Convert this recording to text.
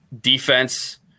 Defense